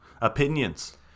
opinions